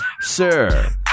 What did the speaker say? Sir